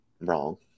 wrong